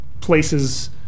places